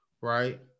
Right